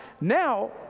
Now